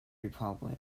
republic